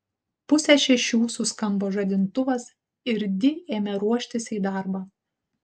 pusę šešių suskambo žadintuvas ir di ėmė ruoštis į darbą